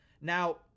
Now